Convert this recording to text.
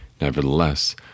Nevertheless